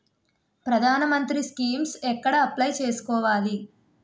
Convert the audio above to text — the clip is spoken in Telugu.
ప్రధాన మంత్రి స్కీమ్స్ ఎక్కడ అప్లయ్ చేసుకోవాలి?